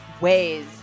ways